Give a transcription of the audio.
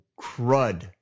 crud